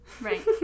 Right